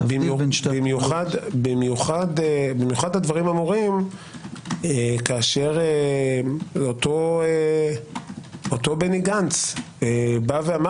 במיוחד הדברים אמורים כאשר אותו בני גנץ אמר